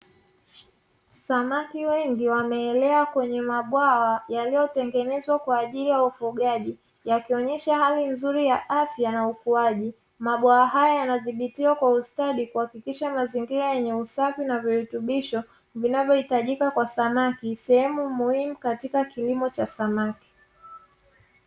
Samaki wengi wameelea kwenye mabwawa yaliyotengenezwa kwa ajili ya ufugaji yakionyesha hali nzuri ya afya na ukuaji, mabwawa haya yanadhibitiwa kwa ustadi kuhakikisha mazingira yenye usafi na virutubisho, vinavyohitajika kwa samaki sehemu muhimu katika kilimo cha samaki.